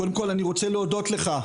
קודם כל אני רוצה להודות לך,